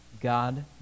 God